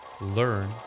learn